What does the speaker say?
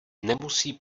nemusí